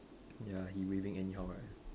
ya he waving anyhow right